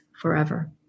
forever